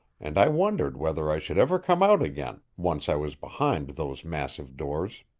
and i wondered whether i should ever come out again, once i was behind those massive doors.